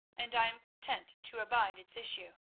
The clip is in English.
and i am content to abide its issue.